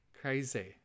Crazy